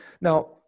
Now